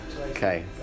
Okay